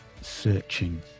searching